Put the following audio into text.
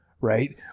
Right